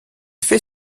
fait